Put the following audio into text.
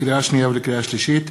לקריאה שנייה ולקריאה שלישית: